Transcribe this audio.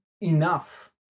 enough